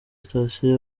stasiyo